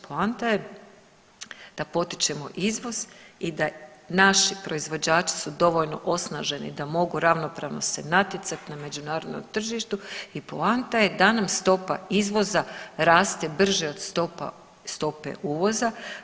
Poanta je da potičemo izvoz i da naši proizvođači su dovoljno osnaženi da mogu ravnopravno se natjecati na međunarodnom tržištu i poanta je da nam stopa izvoza raste brže od stope uvoza.